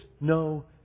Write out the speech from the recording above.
no